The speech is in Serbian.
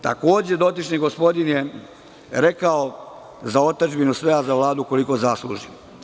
Takođe je dotični gospodin rekao – za otadžbinu sve, a za Vladu koliko zasluži.